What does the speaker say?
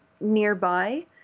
nearby